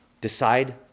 decide